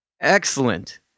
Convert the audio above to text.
Excellent